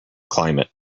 climate